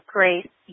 Grace